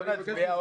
בוא נצביע או נדחה.